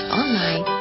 online